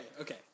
Okay